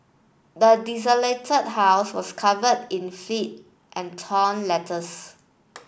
the desolated house was covered in filth and torn letters